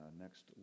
next